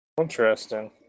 Interesting